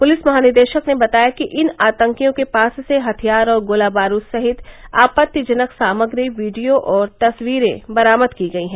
police महानिदेशक ने बताया कि इन आतंकियों के पास से हथियार और गोला बारूद सहित आपत्तिजनक सामग्री वीडियो और तस्वीरें बरामद की गई हैं